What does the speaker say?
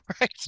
right